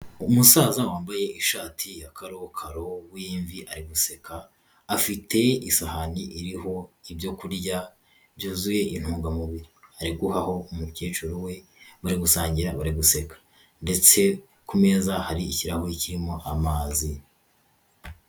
Umusaza wambaye ishati ya karokaro w'imvi ari guseka afite isahani iriho ibyo kurya byuzuye intungamubiri ari guhaho umukecuru we, bari gusangira bari guseka. Ndetse ku meza hari ikirahure kirimo amazi.